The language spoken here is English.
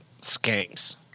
skanks